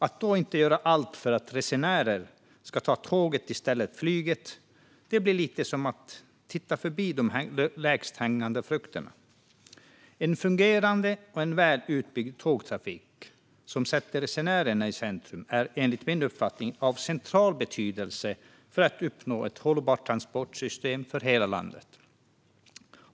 Att då inte göra allt för att resenärer ska ta tåget i stället för flyget blir lite som att titta förbi de lägst hängande frukterna. En fungerande och väl utbyggd tågtrafik som sätter resenärerna i centrum är enligt min uppfattning av central betydelse för att uppnå ett hållbart transportsystem för hela landet.